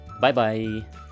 Bye-bye